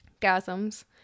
Gasms